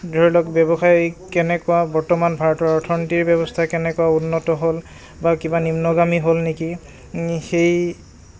ধৰি লওক ব্যৱসায় কেনেকুৱা বৰ্তমান ভাৰতৰ অৰ্থনীতিৰ ব্যৱস্থা কেনেকুৱা উন্নত হ'ল বা কিবা নিম্নগামী হ'ল নেকি সেই